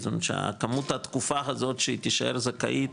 כמות התקופה הזאת שהיא תישאר זכאית,